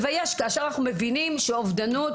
כאשר אנחנו מבינים שאובדנות,